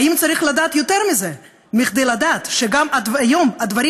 האם צריך לדעת יותר מזה כדי לדעת שגם היום הדברים